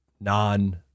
non